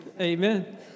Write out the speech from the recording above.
Amen